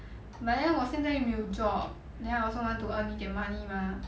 but then 我现在又没有 job then I also want to earn 一点 money mah